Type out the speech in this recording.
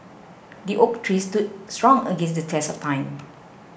the oak tree stood strong against the test of time